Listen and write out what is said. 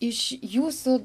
iš jūsų